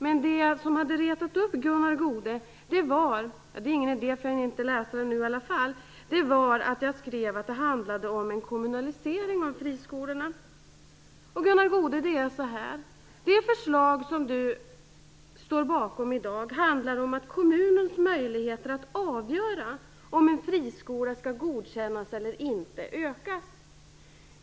Men det som hade retat upp Gunnar Goude var att jag skrev att det handlade om en kommunalisering av friskolorna. Gunnar Goude, det är på följande sätt: Det förslag som Gunnar Goude i dag står bakom handlar om att kommunens möjligheter att avgöra om en friskola skall godkännas eller inte ökar.